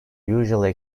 usually